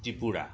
Tripura